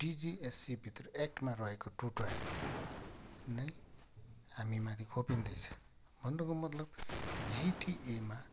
डिजिएचससीभित्र एक्ट रहेको two tier नै हामीमाथि खोपिन्दै छ भन्नुको मतलब जिटिएमा